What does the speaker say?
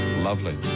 lovely